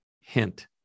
hint